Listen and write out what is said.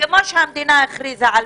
כפי שהמדינה הכריזה על